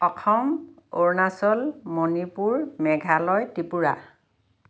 Assam Arunachal Manipur Meghalaya Tripura